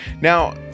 Now